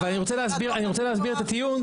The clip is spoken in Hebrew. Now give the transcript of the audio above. אבל אני רוצה להסביר את הטיעון.